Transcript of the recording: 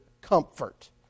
comfort